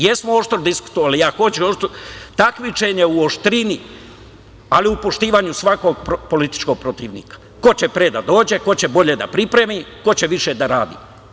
Jesmo oštro diskutovali, ja hoću takmičenje u oštrini, ali u poštovanju svakog političkog protivnika, ko će pre da dođe, ko će bolje da pripremi, ko će više da radi.